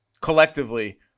collectively